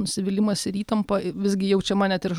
nusivylimas ir įtampa visgi jaučiama net ir